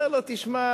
אומר לו: תשמע,